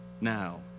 now